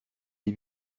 les